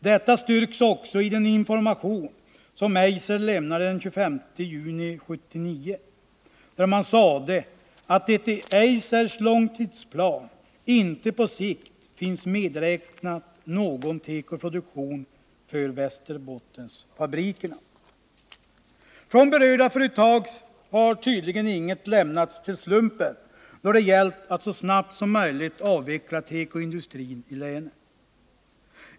Detta styrks också i den information som Eiser lämnade den 25 juni 1979, där man sade att det i Eisers långtidsplan inte på sikt finns medräknat någon tekoproduktion för Västerbottensfabrikerna. Från berörda företag har tydligen inget lämnats åt slumpen då det gällt att så snabbt som möjligt avveckla tekoindustrin i länet.